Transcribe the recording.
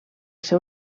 ser